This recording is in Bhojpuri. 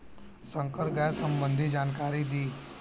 संकर गाय सबंधी जानकारी दी?